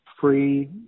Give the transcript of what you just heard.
free